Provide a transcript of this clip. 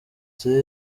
cyane